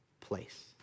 place